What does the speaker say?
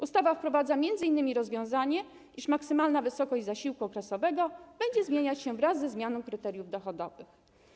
Ustawa wprowadza m.in. rozwiązanie, iż maksymalna wysokość zasiłku okresowego będzie zmieniać się wraz ze zmianą kryteriów dochodowych.